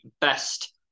best